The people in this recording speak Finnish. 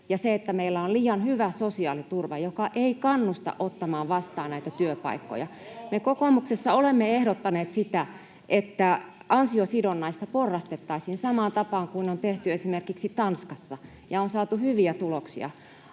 ja meillä on liian hyvä sosiaaliturva, joka ei kannusta ottamaan vastaan näitä työpaikkoja. Me kokoomuksessa olemme ehdottaneet sitä, että ansiosidonnaista porrastettaisiin samaan tapaan kuin on tehty esimerkiksi Tanskassa ja on saatu hyviä tuloksia.